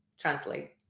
translate